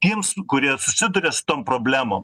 tiems kurie susiduria su tom problemom